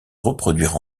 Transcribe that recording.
reproduire